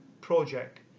project